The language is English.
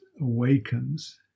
awakens